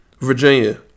Virginia